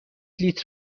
لیتر